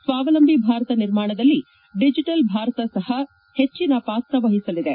ಸ್ವಾವಲಂಬಿ ಭಾರತ ನಿರ್ಮಾಣದಲ್ಲಿ ಡಿಜಿಟಲ್ ಭಾರತ ಸಹ ಹೆಚ್ಚನ ಪಾತ್ರ ವಹಿಸಲಿದೆ